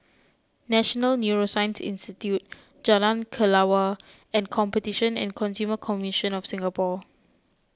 National Neuroscience Institute Jalan Kelawar and Competition and Consumer Commission of Singapore